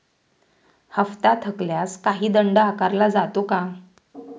हप्ता थकल्यास काही दंड आकारला जातो का?